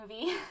movie